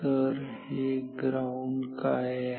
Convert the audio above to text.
तर हे ग्राउंड काय आहे